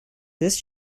this